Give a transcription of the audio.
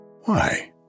Why